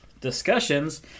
discussions